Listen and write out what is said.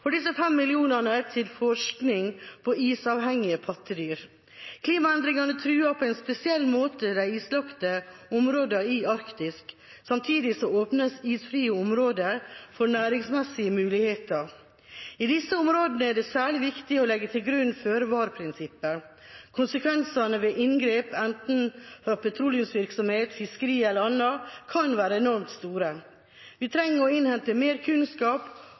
for disse 5 mill. kr til forskning på isavhengige pattedyr. Klimaendringene truer på en spesiell måte de islagte områdene i Arktis. Samtidig åpnes isfrie områder for næringsmessige muligheter. I disse områdene er det særlig viktig å legge til grunn føre-var-prinsippet. Konsekvensene ved inngrep enten fra petroleumsvirksomhet, fiskeri eller annet kan være enormt store. Vi trenger å innhente mer kunnskap.